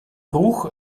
bruch